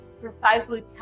precisely